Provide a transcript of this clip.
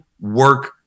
work